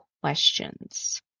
questions